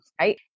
right